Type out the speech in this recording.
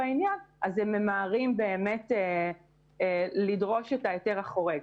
בעניין אז הם ממהרים לדרוש את ההיתר החורג.